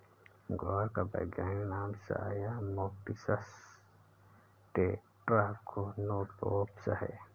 ग्वार का वैज्ञानिक नाम साया मोटिसस टेट्रागोनोलोबस है